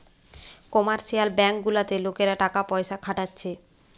commercial bank গুলাতে লোকরা টাকা পয়সা খাটাচ্ছে